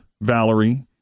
Valerie